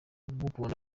kugukunda